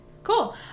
Cool